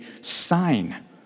sign